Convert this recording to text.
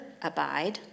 abide